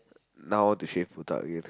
now to shave botak again